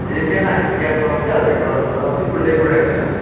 ए त्यहाँ त हामीले ग्यास त अस्ति हालिदिएको अन्त अस्ति ल्याइपुऱ्याएको छैन